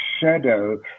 shadow